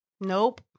Nope